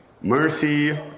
mercy